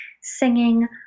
singing